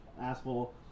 asshole